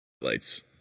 Lights